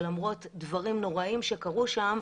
ולמרות דברים נוראיים שקרו שם,